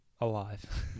Alive